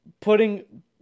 putting